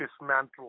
Dismantle